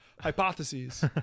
hypotheses